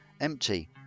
Empty